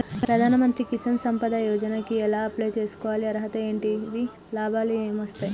ప్రధాన మంత్రి కిసాన్ సంపద యోజన కి ఎలా అప్లయ్ చేసుకోవాలి? అర్హతలు ఏంటివి? లాభాలు ఏమొస్తాయి?